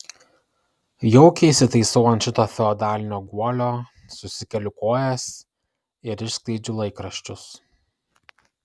jaukiai įsitaisau ant šito feodalinio guolio susikeliu kojas ir išskleidžiu laikraščius